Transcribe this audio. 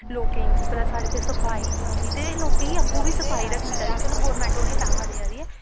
लोकें गी भला साढ़े इत्थै सफाई निं होंदी ते लोकें गी आपूं बी सफाई रक्खनी चाहिदी चलो गौरमैंट उ'नेंई पैहा देआ दी ऐ